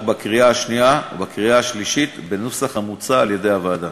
בקריאה שנייה ובקריאה שלישית בנוסח המוצע על-ידי הוועדה.